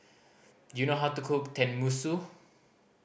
do you know how to cook Tenmusu